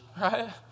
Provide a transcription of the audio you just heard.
right